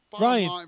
Ryan